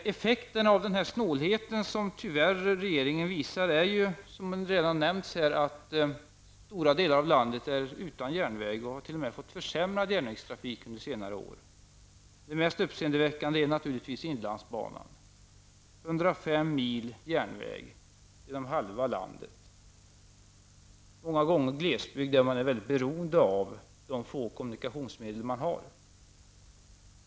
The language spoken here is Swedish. Effekten av den snålhet som regeringen tyvärr visar är, som redan nämnts här, att stora delar av landet är utan järnväg och t.o.m. fått försämrad järnvägstrafik under senare år. Det mest uppseendeväckande är naturligtvis inlandsbanan -- 105 mil järnväg genom halva landet, många gånger genom glesbygd där man är mycket beroende av de få kommunikationsmedel man har.